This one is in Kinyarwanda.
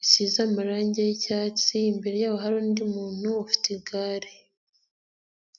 zisize amarangi y'icyatsi, imbere yabo hari undi muntu ufite igare.